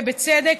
ובצדק.